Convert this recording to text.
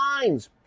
lines